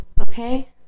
Okay